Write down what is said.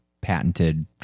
patented